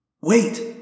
Wait